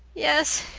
yes,